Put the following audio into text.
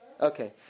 Okay